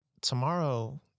Tomorrow